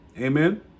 amen